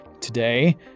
Today